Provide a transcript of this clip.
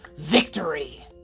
victory